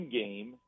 game